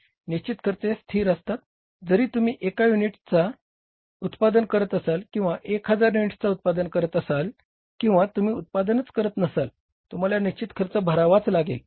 निश्चित खर्च हे स्थिर असतात जरी तुम्ही एक युनिटचा उत्पादन करता असाल किंवा 1000 युनिट्सचा उत्पादन करत असाल किंवा तुम्ही उत्पादनच करत नसाल तुम्हाला निशचित खर्च भरावाच लागेल